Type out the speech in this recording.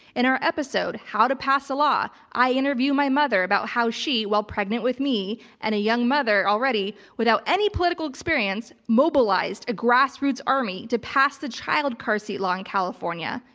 in our episode how to pass a law, i interview my mother about how she, while pregnant with me and a young mother already without any political experience, mobilized a grassroots army to pass the child car seat law in california.